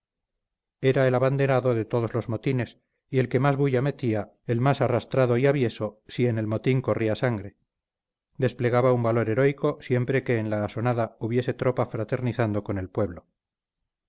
era el abanderado de todos los motines y el que más bulla metía el más arrastrado y avieso si en el motín corría sangre desplegaba un valor heroico siempre que en la asonada hubiese tropa fraternizando con el pueblo